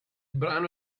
brano